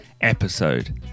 episode